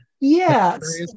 Yes